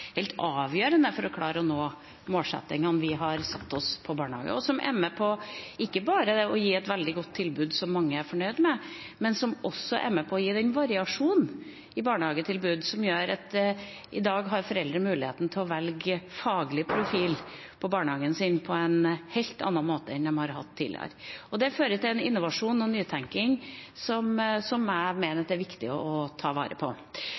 helt avgjørende for å klare å nå målsettingene vi har satt oss når det gjelder barnehage, og som ikke bare er med på å gi et veldig godt tilbud som mange er fornøyd med, men som også er med på å gi den variasjonen i barnehagetilbud som gjør at i dag har foreldre mulighet til å velge faglig profil på barnehagen sin på en helt annen måte enn de har hatt tidligere. Det fører til innovasjon og nytenking som jeg mener det er viktig å ta vare på.